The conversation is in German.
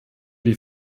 die